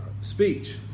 speech